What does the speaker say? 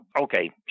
okay